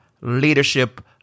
leadership